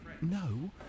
No